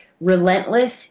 relentless